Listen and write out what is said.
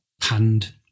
panned